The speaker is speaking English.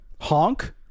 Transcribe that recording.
Honk